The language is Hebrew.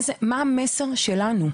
אז מה המסר שלנו?